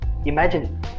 Imagine